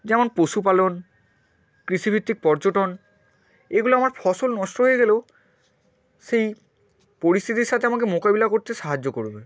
যেমন পশুপালন কৃষিভিত্তিক পর্যটন এগুলো আমার ফসল নষ্ট হয়ে গেলেও সেই পরিস্থিতির সাথে আমাকে মোকাবিলা করতে সাহায্য করবে